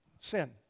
sin